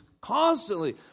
constantly